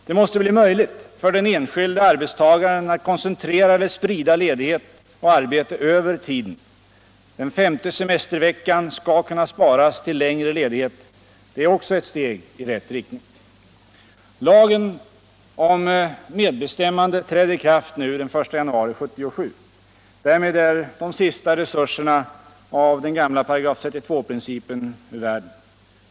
Det måste bli möjligt för den enskilde arbetstagaren att koncentrera eller sprida ledighet och arbete över tiden. Den femte semesterveckan skall kunna sparas till kingre ledighet. Det är också ett steg i rätt riktning. Lagen om medbestäm mande träder i kraft den I januari 1977. Därmed är de sista resterna av den gamla § 32-principen ur världen.